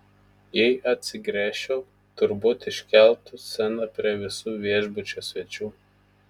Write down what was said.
jei atsigręžčiau turbūt iškeltų sceną prie visų viešbučio svečių